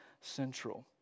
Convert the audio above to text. central